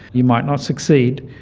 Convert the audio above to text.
you might not succeed.